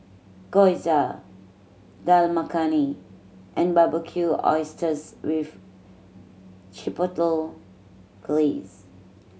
Gyoza Dal Makhani and Barbecued Oysters with Chipotle Glaze